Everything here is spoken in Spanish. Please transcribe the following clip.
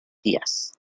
días